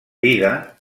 vida